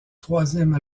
troisième